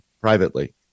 privately